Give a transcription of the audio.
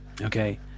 Okay